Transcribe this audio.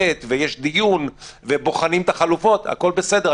ב' ויש דיון ובוחנים את החלופות הכול בסדר.